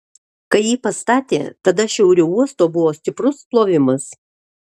kai jį pastatė tada šiauriau uosto buvo stiprus plovimas